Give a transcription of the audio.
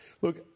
Look